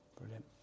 brilliant